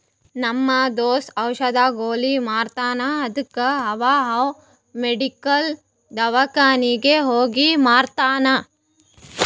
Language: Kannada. ನಮ್ ದೋಸ್ತ ಔಷದ್, ಗೊಲಿ ಮಾರ್ತಾನ್ ಅದ್ದುಕ ಅವಾ ಅವ್ ಮೆಡಿಕಲ್, ದವ್ಕಾನಿಗ್ ಹೋಗಿ ಮಾರ್ತಾನ್